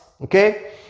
okay